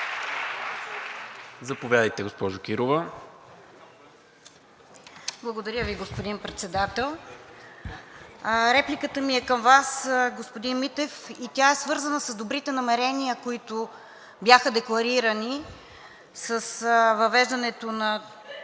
Заповядайте, госпожо Кирова.